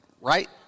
right